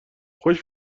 خوش